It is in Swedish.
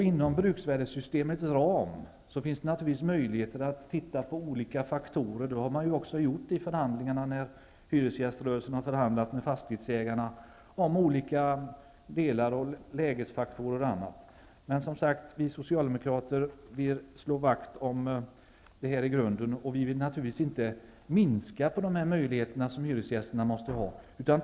Inom bruksvärdessystemets ram finns det naturligtvis möjligheter att se på olika faktorer, vilket man också har gjort när hyresgäströrelsen har förhandlat med fastighetsägarna om olika saker, lägesfaktorer och annat. Vi Socialdemokrater vill slå vakt om det här systemet, och därför vill vi ju inte minska hyresgästernas möjligheter.